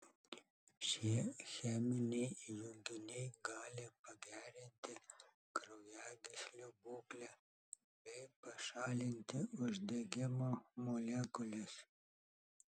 šie cheminiai junginiai gali pagerinti kraujagyslių būklę bei pašalinti uždegimo molekules